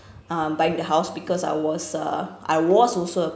uh buying the house because I was uh I was also a